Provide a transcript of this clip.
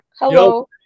Hello